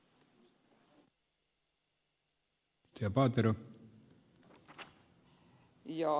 arvoisa puhemies